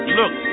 look